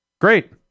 great